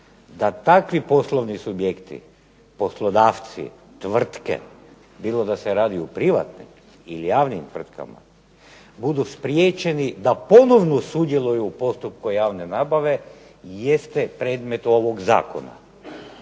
da takvi poslovni subjekti, poslodavci, tvrtke, bilo da se radi o privatnim ili javnim tvrtkama budu spriječeni da ponovno sudjeluju u postupku javne nabave jeste predmet ovog Zakona.